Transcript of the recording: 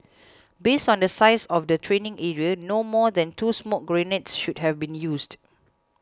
based on the size of the training area no more than two smoke grenades should have been used